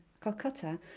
Calcutta